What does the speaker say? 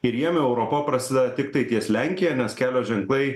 ir jiem europa prasideda tiktai ties lenkija nes kelio ženklai